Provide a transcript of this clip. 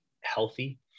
healthy